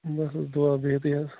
بَس حظ دُعا بِہتھٕے حظ